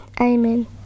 amen